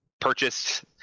purchased